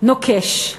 נוקש.